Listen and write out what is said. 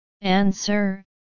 Answer